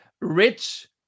rich